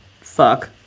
fuck